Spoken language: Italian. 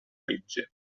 legge